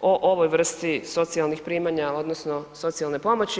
o ovoj vrsti socijalnih primanja odnosno socijalne pomoći.